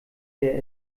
der